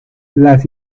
las